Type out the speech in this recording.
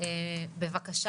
בבקשה.